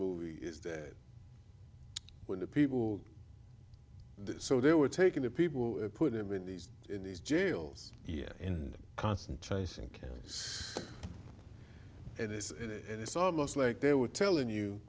movie is that when the people so they were taking the people put them in these in these jails here in concentration camps and it's almost like they were telling you